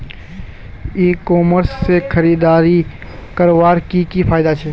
ई commerce से खरीदारी करवार की की फायदा छे?